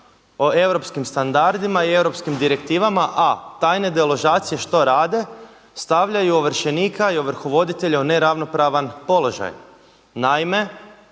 o europskim standardima i o europskim direktivama, a tajne deložacije što rade? Stavljaju ovršenika i ovrhovoditelja u neravnopravan položaj. Naime,